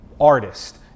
artist